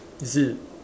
is it